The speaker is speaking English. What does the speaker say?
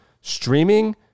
streaming